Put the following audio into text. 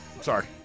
sorry